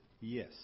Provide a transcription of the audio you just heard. yes